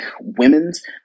women's